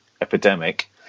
epidemic